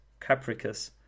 Capricus